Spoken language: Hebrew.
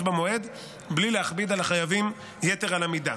במועד בלי להכביד על החייבים יתר על המידה.